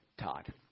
Todd